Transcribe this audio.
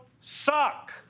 suck